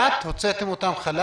--- הוצאתם אותם לחל"ת?